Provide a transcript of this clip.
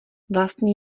vlastně